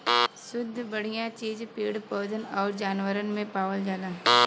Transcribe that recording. सुद्ध बढ़िया चीज पेड़ पौधन आउर जानवरन में पावल जाला